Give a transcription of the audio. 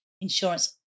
insurance